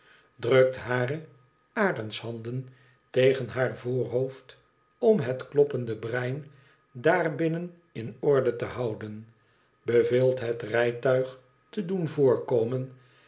drukt hare arendshanden tegen haar voorhoofd om het kloppende brein daarbinnen in orde te houden beveelt het rijtuig te doen voorkomen